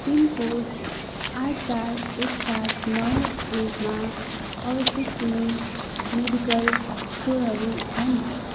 pin code आठ चार एक सात नौ एकमा अवस्थित कुनै मेडिकल स्टोरहरू छन्